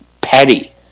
petty